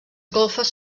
golfes